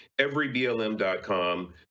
everyblm.com